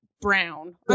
brown